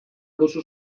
duzu